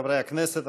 חברי הכנסת,